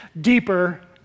Deeper